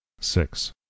six